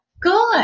Good